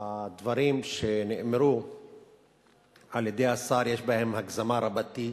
הדברים שנאמרו על-ידי השר יש בהם הגזמה רבתי.